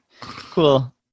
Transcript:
Cool